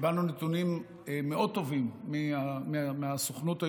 קיבלנו נתונים מאוד טובים מהסוכנות היהודית.